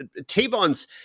Tavon's